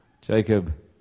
Jacob